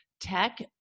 tech